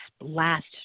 last